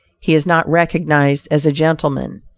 he is not recognized as a gentleman.